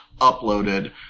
uploaded